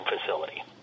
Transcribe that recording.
facility